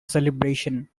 celebration